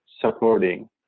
supporting